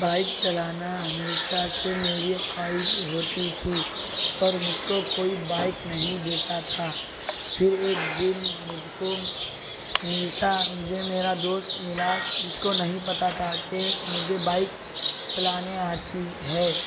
bike چلانا ہمیشہ سے میری خواہش ہوتی تھی پر مجھ کو کوئی بائک نہیں دیتا تھا پھر ایک دن مجھ کو ملتا مجھے میرا دوست ملا جس کو نہیں پتہ تھا کہ مجھے بائک چلانے آتی ہے